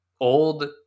old